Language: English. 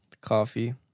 coffee